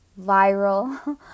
viral